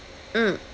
mm